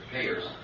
payers